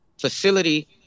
facility